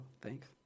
Thanks